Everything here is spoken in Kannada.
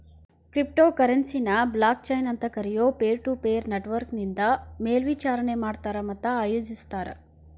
ಕ್ರಿಪ್ಟೊ ಕರೆನ್ಸಿನ ಬ್ಲಾಕ್ಚೈನ್ ಅಂತ್ ಕರಿಯೊ ಪೇರ್ಟುಪೇರ್ ನೆಟ್ವರ್ಕ್ನಿಂದ ಮೇಲ್ವಿಚಾರಣಿ ಮಾಡ್ತಾರ ಮತ್ತ ಆಯೋಜಿಸ್ತಾರ